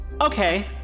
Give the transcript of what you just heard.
okay